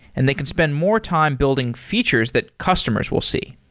and they can spend more time building features that customers will see.